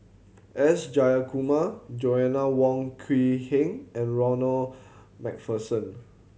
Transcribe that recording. S Jayakumar Joanna Wong Quee Heng and Ronald Macpherson